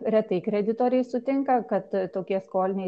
retai kreditoriai sutinka kad tokie skoliniai